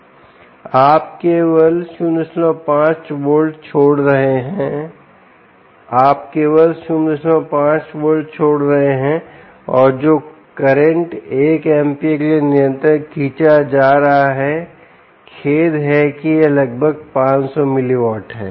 आप केवल 05 वोल्ट छोड़ रहे हैं आप केवल 05 वोल्ट छोड़ रहे हैं और जो करंट 1 amp के लिए निरंतर खींचा जा रहा है खेद है कि यह लगभग 500 मिली वॉट है